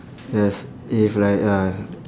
yes if like uh